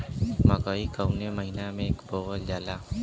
मकई कवने महीना में बोवल जाला?